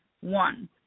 one